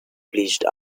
pleased